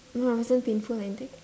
wasn't painful or anything